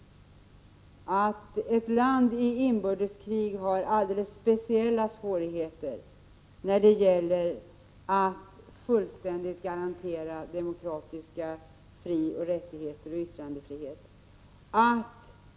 Ett land i inbördeskrig har alldeles speciella svårigheter att fullständigt garantera demokratiska frioch rättigheter och yttrandefrihet.